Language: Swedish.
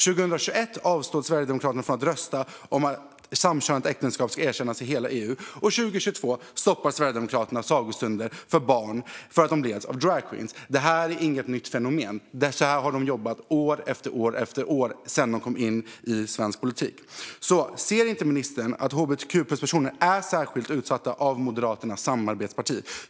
År 2021 avstod Sverigedemokraterna från att rösta om att samkönat äktenskap ska erkännas i hela EU - och år 2022 stoppade Sverigedemokraterna sagostunder för barn för att de leds av dragqueens. Det här är alltså inget nytt fenomen, utan så här har man jobbat år efter år sedan man kom in i svensk politik. Ser inte ministern att hbtq-plus-personer är särskilt utsatta av Moderaternas samarbetsparti?